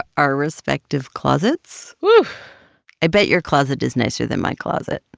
our respective closets whew i bet your closet is nicer than my closet.